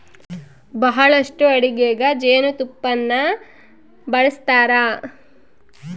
ಬಹಳಷ್ಟು ಅಡಿಗೆಗ ಜೇನುತುಪ್ಪನ್ನ ಬಳಸ್ತಾರ